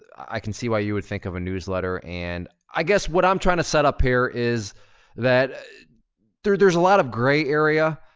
i can see why you would think of a newsletter. and i guess what i'm trying to set up here is that there's there's a lot of gray area.